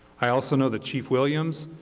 i also know that chief williams,